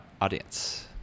audience